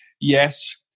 Yes